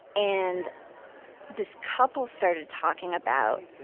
and this couple started talking about